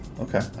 Okay